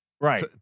Right